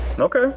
Okay